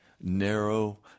narrow